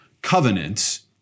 Covenants